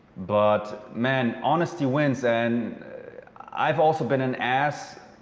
but man, honestly wins and i've also been an ass,